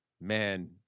man